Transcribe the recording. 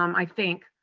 um i think,